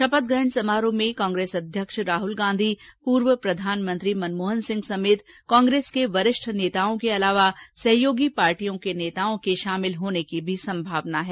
शपथ ग्रहण समारोह में कांग्रेस अध्यक्ष राहल गांधी पूर्व प्रधानमंत्री मनमोहन सिंह समेत कांग्रेस के वरिष्ठ नेताओं के अलावा सहयोगी पार्टियों के नेताओं के शामिल होने की भी संभावना है